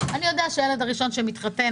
והילד הראשון שיתחתן,